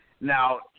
Now